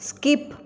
skip